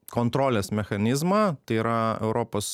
kontrolės mechanizmą tai yra europos